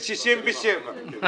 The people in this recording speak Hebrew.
67 שנים.